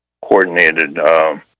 coordinated